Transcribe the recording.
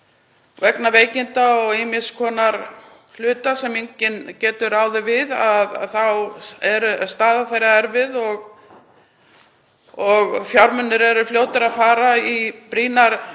Vegna veikinda og ýmiss konar hluta sem enginn getur ráðið við er staða þeirra erfið og fjármunir eru fljótir að fara í brýnar